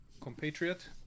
compatriot